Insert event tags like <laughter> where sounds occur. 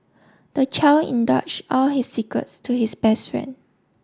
the child <unintelligible> all his secrets to his best friend